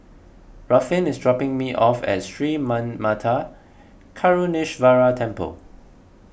Ruffin is dropping me off at Sri Manmatha Karuneshvarar Temple